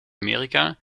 amerika